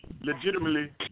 Legitimately